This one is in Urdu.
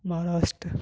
مہاراشٹرا